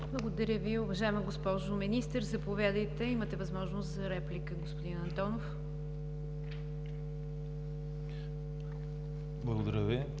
Благодаря Ви, уважаема госпожо Министър. Заповядайте – имате възможност за реплика, господин Антонов. ВАСИЛ